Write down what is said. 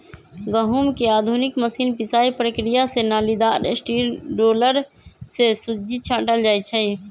गहुँम के आधुनिक मशीन पिसाइ प्रक्रिया से नालिदार स्टील रोलर से सुज्जी छाटल जाइ छइ